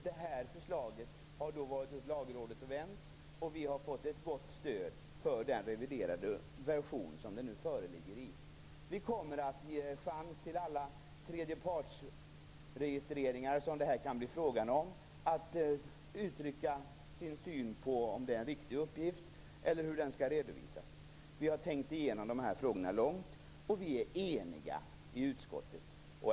Det här förslaget har varit hos Lagrådet och vänt, och vi har fått ett gott stöd för den reviderade version som nu föreligger. Vi kommer att ge en chans för berörda vid de tredjepartsregisteringar som det kan bli fråga om att uttrycka sin syn på om uppgiften är riktig och på hur den skall redovisas. Vi har tänkt igenom de här frågorna noga och vi är eniga i utskottet.